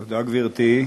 תודה, גברתי.